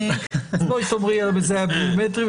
בואי תדברי על המזהה הביומטרי,